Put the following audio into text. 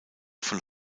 von